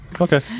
Okay